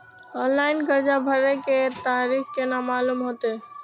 Online कर्जा भरे के तारीख केना मालूम होते?